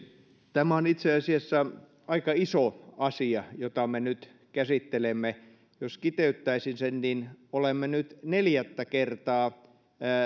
tämä on itse asiassa aika iso asia jota me nyt käsittelemme jos kiteyttäisin sen niin olemme nyt neljättä kertaa